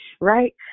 Right